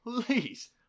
please